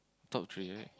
top three right